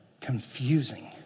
Confusing